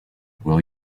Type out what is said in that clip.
will